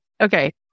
Okay